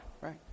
right